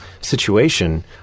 situation